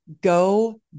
go